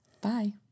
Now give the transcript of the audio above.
Bye